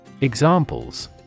Examples